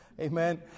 Amen